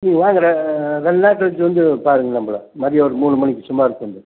ம் வாங்களேன் ரெண்டு நாள் கழிச்சி வந்து பாருங்க நம்மள மதியம் ஒரு மூணு மணிக்கு சுமாருக்கு வந்து